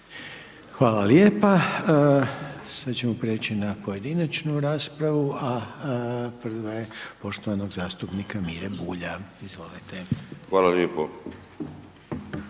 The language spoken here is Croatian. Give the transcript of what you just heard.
Hvala lijepa, sad ćemo preći na pojedinačnu raspravu, prva je poštovanog zastupnika Mire Bulja, izvolite. **Bulj,